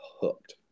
hooked